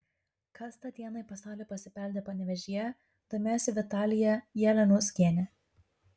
kas tą dieną į pasaulį pasibeldė panevėžyje domėjosi vitalija jalianiauskienė